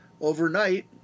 Overnight